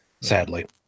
sadly